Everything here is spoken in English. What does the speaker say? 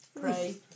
Pray